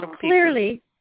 Clearly